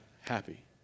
happy